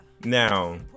Now